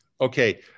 Okay